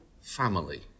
family